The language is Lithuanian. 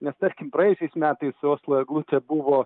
nes tarkim praėjusiais metais oslo eglutė buvo